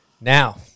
Now